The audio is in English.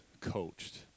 coached